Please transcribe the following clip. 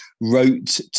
wrote